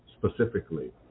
Specifically